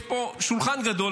יש פה שולחן גדול,